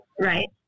right